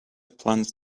plans